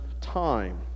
time